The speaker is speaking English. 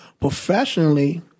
professionally